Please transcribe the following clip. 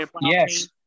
Yes